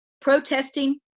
protesting